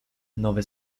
nowy